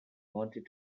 wanted